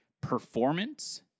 performance